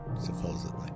supposedly